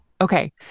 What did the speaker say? Okay